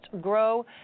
grow